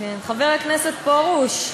חבר הכנסת פרוש,